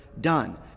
done